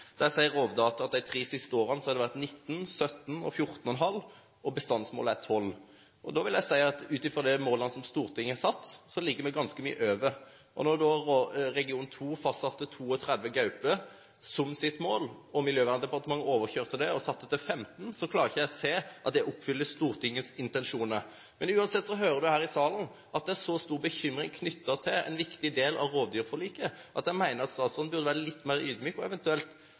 sier Rovdata at de tre siste årene har det vært 19, 17 og 14½, og bestandsmålet er 12. Da vil jeg si at ut fra de målene som Stortinget har satt, ligger vi ganske mye over. Når da region 2 fastsatte 32 gauper som sitt mål, og Miljøverndepartementet overkjørte det og satte det til 15, klarer ikke jeg å se at det oppfyller Stortingets intensjoner. Men uansett hører en her i salen at det er så stor bekymring knyttet til en viktig del av rovdyrforliket at jeg mener statsråden burde være litt mer ydmyk, eventuelt